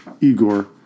Igor